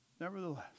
Nevertheless